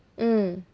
mm